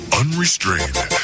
unrestrained